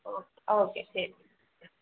ഓ okay ശരി ആ